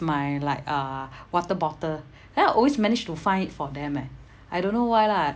my like uh water bottle then I always manage to find it for them eh I don't know why lah